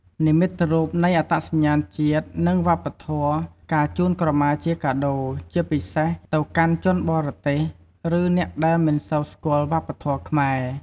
និមិត្តរូបនៃអត្តសញ្ញាណជាតិ និងវប្បធម៌ការជូនក្រមាជាកាដូ ជាពិសេសទៅកាន់ជនបរទេស ឬអ្នកដែលមិនសូវស្គាល់វប្បធម៌ខ្មែរ។